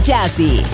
Jazzy